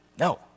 No